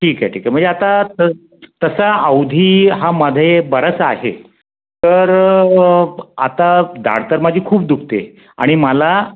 ठीक आहे ठीक आहे म्हणजे आता त तसा अवधी हा मध्ये बराच आहे तर आता दाढ तर माझी खूप दुखते आणि मला